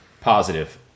positive